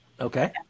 Okay